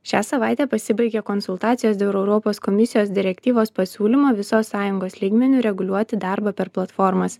šią savaitę pasibaigė konsultacijos dėl europos komisijos direktyvos pasiūlymo visos sąjungos lygmeniu reguliuoti darbą per platformas